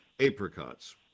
apricots